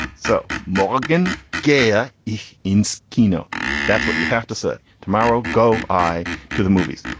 so morgan gaya if it's kino that's what you have to say tomorrow go i to the movies.